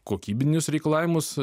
kokybinius reikalavimus